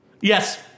Yes